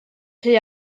rhy